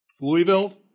Louisville